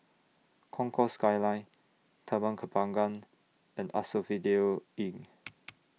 Concourse Skyline Taman Kembangan and Asphodel Inn